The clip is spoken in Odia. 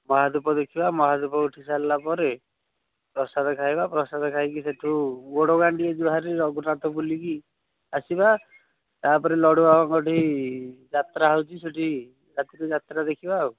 ମହାଦୀପ ଦେଖିବା ମହାଦୀପ ଉଠିସାରିଲା ପରେ ପ୍ରସାଦ ଖାଇବା ପ୍ରସାଦ ଖାଇକି ସେଠୁ ଓଡ଼ଗାଁ ଟିକିଏ ଯିବା ଭାରି ରଘୁନାଥ ବୁଲିକି ଆସିବା ତା'ପରେ ଲଡ଼ୁବାବାଙ୍କଠି ଯାତ୍ରା ହେଉଛି ସେଠି ରାତିରେ ଯାତ୍ରା ଦେଖିବା ଆଉ